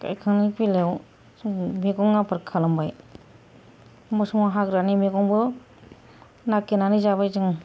गायखांनाय बेलायाव जोङो मैगं आबाद खालामबाय एखमब्ला समाव हाग्रानि मैगंबो नागिरनानै जाबाय जोङो